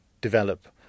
develop